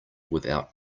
without